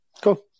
Cool